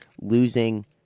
losing